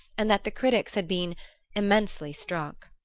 and that the critics had been immensely struck.